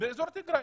אזור טיגרי,